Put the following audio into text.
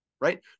right